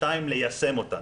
וליישם אותן.